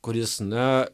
kuris na